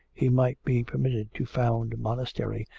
he might be permitted to found a monastery,